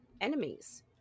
enemies